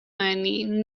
منی